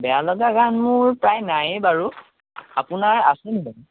বেয়া লগা গান মোৰ প্ৰায়ে নায়ে বাৰু আপোনাৰ আছে নেকি